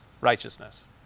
righteousness